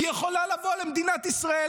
היא יכולה לבוא למדינת ישראל,